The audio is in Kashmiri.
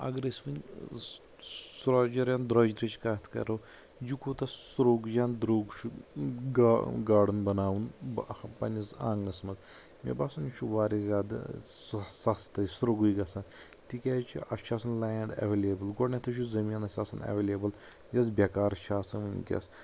اگر أسۍ وۄنۍ سۄجرٕچ یا درٛوجرٕچ کتھ کرو یہِ کوٗتاہ سرٛوگ یا درٛوگ چھُ گا گاڈن بناوُن پنِنس آنٛگنس منٛز مےٚ باسان یہِ چھُ واریاہ زیادٕ سستٕے سرٛوگٕے گژھان تِکیٛازِ اسہِ چھُ آسان لینٛڈ ایٚویلیبٕل گۄڈٕنیٚتھٕے چھُ زٔمیٖن اسہِ آسان ایٚویلیبٕل یس بےٚ کار چھِ آسان ؤنکیٚس